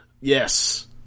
Yes